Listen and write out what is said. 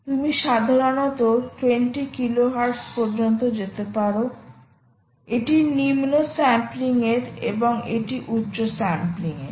তুমি সাধারণত 20 কিলোহার্টজ পর্যন্ত যেতে পারো এটি নিম্ন স্যাম্পলিং এর এবং এটি উচ্চ স্যাম্পলিং এর